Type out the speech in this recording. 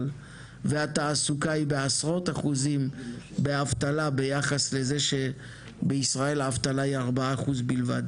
התעסוקה היא בעשרות אחוזים באבטלה ביחס לזה שבישראל היא 4% בלבד.